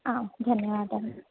आम् धन्यवादः